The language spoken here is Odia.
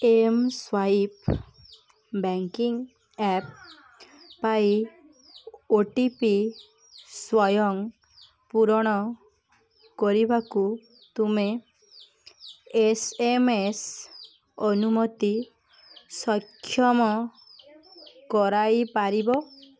ଏମ୍ ସ୍ୱାଇପ୍ ବ୍ୟାଙ୍କିଙ୍ଗ ଆପ୍ ପାଇ ଓ ଟି ପି ସ୍ଵୟଂ ପୁରଣ କରିବାକୁ ତୁମେ ଏସ୍ ଏମ୍ ଏସ୍ ଅନୁମତି ସକ୍ଷମ କରାଇପାରିବ